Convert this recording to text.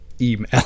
email